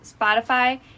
Spotify